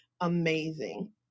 amazing